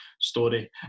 story